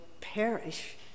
perish